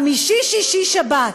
חמישי-שישי-שבת.